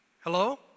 Hello